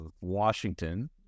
Washington